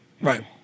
Right